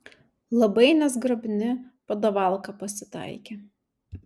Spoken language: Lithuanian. labai nezgrabni padavalka pasitaikė